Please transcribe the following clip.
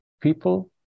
people